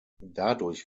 dadurch